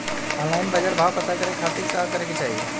Online बाजार भाव पता करे के खाती का करे के चाही?